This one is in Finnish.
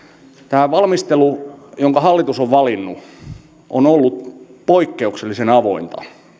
tämä valmistelu jonka hallitus on valinnut on ollut poikkeuksellisen avointa